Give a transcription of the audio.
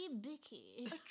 bicky